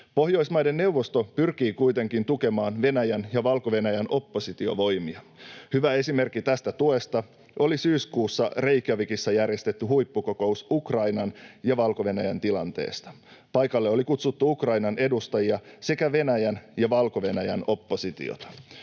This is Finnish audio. Pohjoismaiden neuvosto pyrkii kuitenkin tukemaan Venäjän ja Valko-Venäjän oppositiovoimia. Hyvä esimerkki tästä tuesta oli syyskuussa Reykjavikissa järjestetty huippukokous Ukrainan ja Valko-Venäjän tilanteesta. Paikalle oli kutsuttu Ukrainan edustajia sekä Venäjän ja Valko-Venäjän oppositiota.